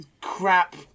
crap